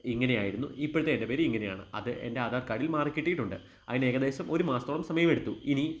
ഇങ്ങനെയായിരുന്നു ഇപ്പോഴത്തെ എൻ്റെ പേര് ഇങ്ങനെയാണ് അത് എൻ്റെ ആധാർ കാഡിൽ മാറി കിട്ടിയിട്ടുണ്ട് അതിനേകദേശം ഒരു മാസത്തോളം സമയെടുത്തു ഇനി